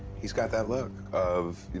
he's got that look of, you